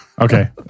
Okay